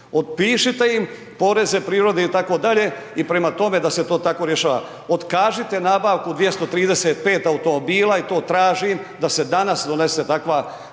otpišite im poreze, prihode itd. i prema tome da se to tako rješava, otkažite nabavku 235 automobila i to tražim da se danas donese takva